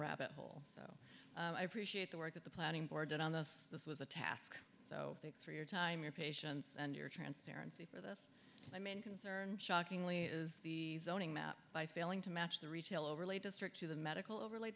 rabbit hole so i appreciate the work that the planning board did on this this was a task so thanks for your time your patience and your transparency for the my main concern shockingly is the zoning map by failing to match the retail overlay district to the medical overl